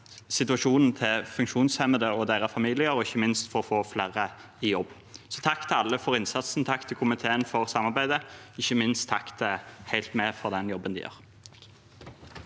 og for å få flere i jobb. Takk til alle for innsatsen. Takk til komiteen for samarbeidet, og ikke minst takk til Helt Med for